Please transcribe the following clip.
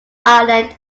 ireland